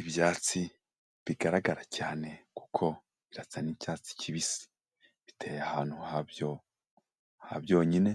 Ibyatsi bigaragara cyane kuko birasa n'icyatsi kibisi, biteye ahantu habyo byonyine